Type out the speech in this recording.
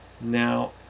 Now